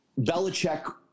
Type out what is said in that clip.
Belichick